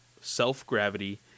self-gravity